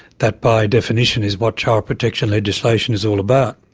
that by definition is what child protection legislation is all about.